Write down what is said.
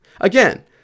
Again